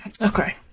Okay